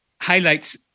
highlights